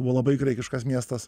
buvo labai graikiškas miestas